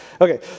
Okay